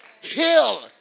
Heal